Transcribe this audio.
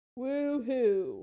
woohoo